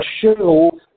show